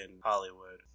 hollywood